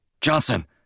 Johnson